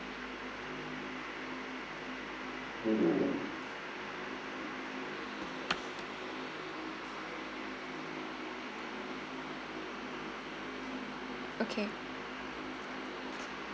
okay